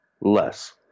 Less